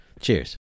Cheers